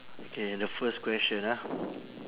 okay the first question ah